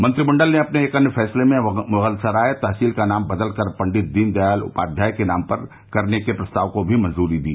मंत्रिमंडल ने अपने एक अन्य फैसले में मुगलसराय तहसील का नाम बदलकर पंडिल दीनदयाल उपाध्याय के नाम पर करने के प्रस्ताव को भी मंजूरी दी